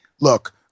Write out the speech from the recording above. Look